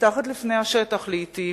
מתחת לפני השטח לעתים,